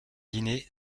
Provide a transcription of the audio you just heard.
diner